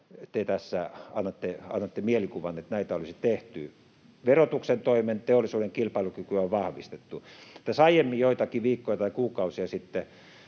te tässä annatte mielikuvan, että näitä olisi tehty. Verotuksen toimin teollisuuden kilpailukykyä on vahvistettu. Tässä aiemmin joitakin viikkoja tai kuukausia sitten